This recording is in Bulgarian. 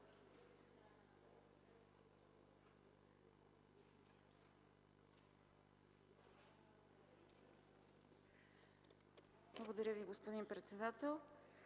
Благодаря Ви, госпожо председател.